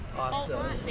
Awesome